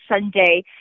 Sunday